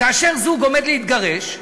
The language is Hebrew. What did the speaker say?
כאשר זוג עומד להתגרש,